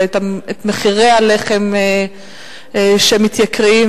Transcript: ומחירי הלחם שמתייקרים,